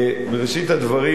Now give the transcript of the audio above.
בראשית הדברים,